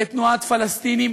לתנועת פלסטינים,